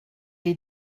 est